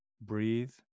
Breathe